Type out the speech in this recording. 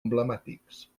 emblemàtics